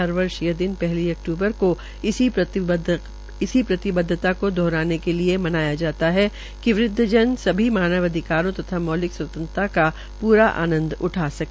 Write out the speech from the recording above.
हर वर्ष यह दिन पहली अक्तूबर को इसी प्रतिबद्धता को दोहराने के लिए मनाया जाता है कि वृद्व जन सभी मानव अधिकारों तथा मौलिक स्वतंत्रता का पूरा आंनद उठा सके